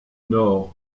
nord